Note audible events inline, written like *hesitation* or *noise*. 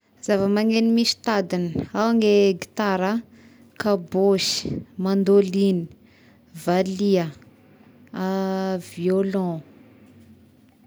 Zavamanegno misy tadiny: ao gny gitara ah, kabôsy, mandôligny, valiha, *hesitation* violon.